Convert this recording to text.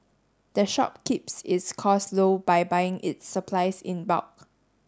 the shop keeps its costs low by buying its supplies in bulk